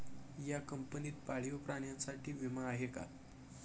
या कंपनीत पाळीव प्राण्यांसाठी विमा आहे का?